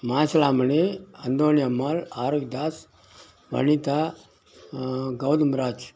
Masilamani Anthony Ammal Arokiyadas Vanitha Gauthamraj